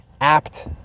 apt